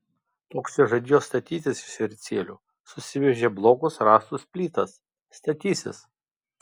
toks čia žadėjo statytis iš ricielių susivežė blokus rąstus plytas statysis